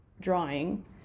drawing